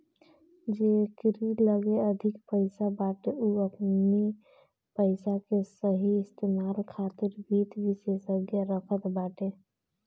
जेकरी लगे अधिक पईसा बाटे उ अपनी पईसा के सही इस्तेमाल खातिर वित्त विशेषज्ञ रखत बाटे